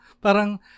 Parang